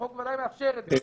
החוק בוודאי מאפשר את זה.